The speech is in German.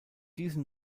diese